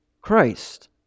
Christ